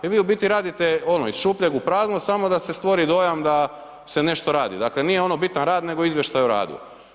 I vi u biti radite ono iz šupljeg u prazno samo da se stvori dojam da se nešto radi, dakle nije bitan rad nego izvjetaj o radu.